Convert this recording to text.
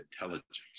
intelligence